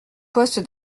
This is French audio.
poste